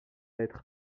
être